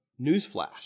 Newsflash